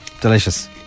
Delicious